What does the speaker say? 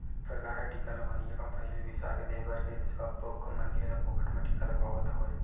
सरकार ह टीका ल बनइया कंपनी ले बिसाके के देस भर के सब्बो मनखे ल फोकट म टीका लगवावत हवय